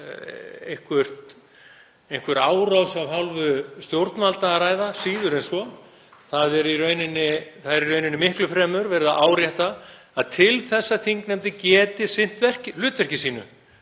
einhverja árás af hálfu stjórnvalda að ræða, síður en svo. Það er í raun miklu fremur verið að árétta að til þess að þingnefndir geti sinnt hlutverki sínu